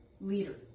leader